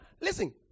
Listen